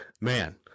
man